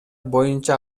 боюнча